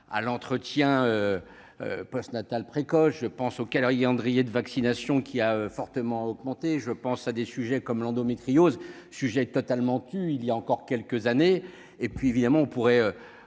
à l'entretien post-natal précoce, je pense, oh quelle heure il calendrier de vaccination qui a fortement augmenté, je pense à des sujets comme l'endométriose sujet totalement tu il y a encore quelques années et puis évidemment, on pourrait